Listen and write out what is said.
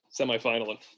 semifinal